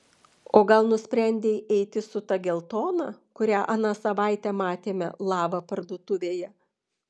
o gal nusprendei eiti su ta geltona kurią aną savaitę matėme lava parduotuvėje